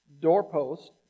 doorpost